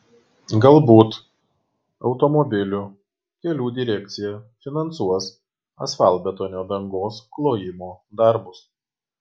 galbūt automobilių kelių direkcija finansuos asfaltbetonio dangos klojimo darbus